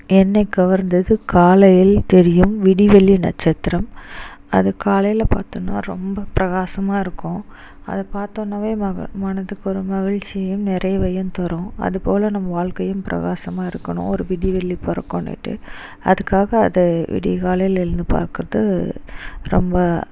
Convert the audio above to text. என்னைக் கவர்ந்தது காலையில் தெரியும் விடிவெள்ளி நட்சத்திரம் அது காலையில் பார்த்தோன்னா ரொம்ப பிரகாசமாக இருக்கும் அதை பார்த்தோன்னாவே மக மனதுக்கு ஒரு மகிழ்ச்சியும் நிறைவையும் தரும் அதுப்போல் நம்ம வாழ்க்கையும் பிரகாசமாக இருக்கணும் ஒரு விடிவெள்ளி பிறக்கோனிட்டு அதுக்காக அத விடிய காலையில் எழுந்து பார்க்கிறது ரொம்ப